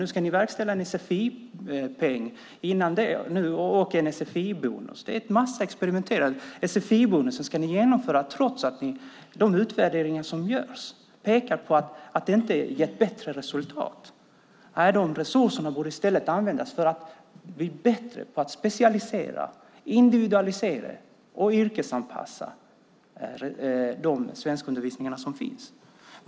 Nu ska ni verkställa reformen om sfi-peng och sfi-bonus. Det är ett massexperimenterande. Sfi-bonus ska ni införa trots att de utvärderingar som gjorts pekar mot att det inte ger bättre resultat. Nej, resurserna borde i stället användas för att bli bättre på att specialisera, individualisera och yrkesanpassa de svenskundervisningar som finns.